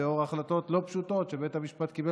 לאור החלטות לא פשוטות שבית המשפט קיבל